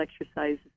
exercises